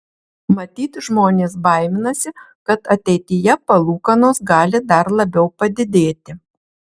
matyt žmonės baiminasi kad ateityje palūkanos gali dar labiau padidėti